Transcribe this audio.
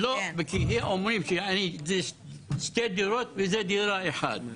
לא, כי הם אומרים שאני בשתי דירות וזו דירה אחת.